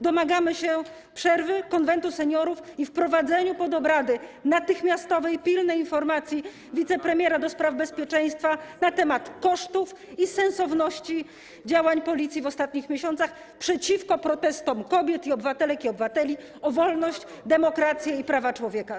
Domagamy się przerwy, zwołania Konwentu Seniorów i wprowadzenia pod obrady natychmiastowej pilnej informacji wicepremiera do spraw bezpieczeństwa na temat kosztów i sensowności działań Policji w ostatnich miesiącach przeciwko protestom kobiet, obywatelek i obywateli o wolność, demokrację i prawa człowieka.